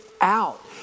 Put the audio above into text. out